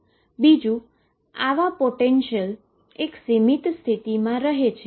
બીજું આવી પોટેંશિયલ એક સીમીત સ્થિતિમાં રહે છે